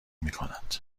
میکند